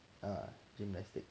uh gymnastic